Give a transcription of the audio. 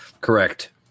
Correct